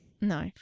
No